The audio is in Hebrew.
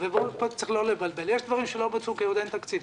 יש דברים שלא בוצעו כי עוד אין תקציב.